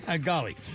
Golly